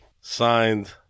signed